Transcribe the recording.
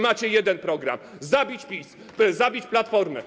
Macie jeden program: zabić PiS, [[Wesołość na sali]] zabić Platformę.